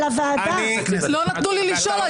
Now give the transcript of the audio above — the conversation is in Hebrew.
לא נתנו לי לשאול.